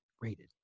rated